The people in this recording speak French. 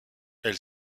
elle